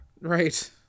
Right